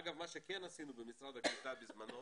אגב, מה שכן עשינו במשרד הקליטה בזמנו